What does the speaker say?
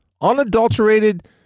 unadulterated